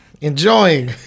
enjoying